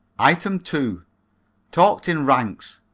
item two talked in ranks.